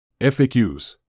FAQs